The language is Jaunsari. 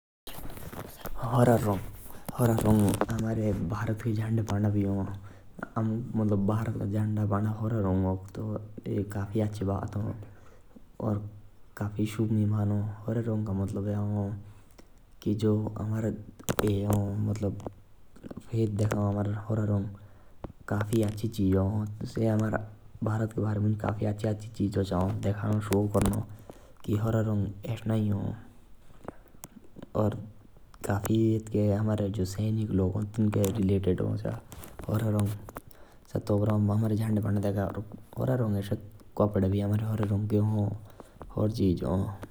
हारा रंग काफी अच्छा हा। हारा रंग अमरे भारत के झंडे पांडा हा जो की काफी अच्छी बात हा। हारा रंग अमे काफी सुध मानु।